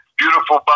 beautiful